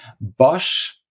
Bosch